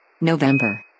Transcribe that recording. November